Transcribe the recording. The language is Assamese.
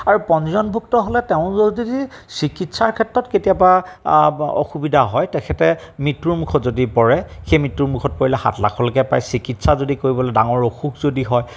আৰু পঞ্জীয়নভূক্ত হ'লে তেওঁ যদি চিকিৎসাৰ ক্ষেত্ৰত কেতিয়াবা অসুবিধা হয় তেখেতে মৃত্যুমুখত যদি পৰে সেই মৃত্যুমুখত পৰিলে সাত লাখলৈকে পায় চিকিৎসা যদি কৰিবলৈ ডাঙৰ অসুখ যদি হয়